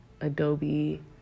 Adobe